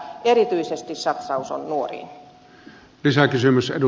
erityisesti satsaus on nuoriin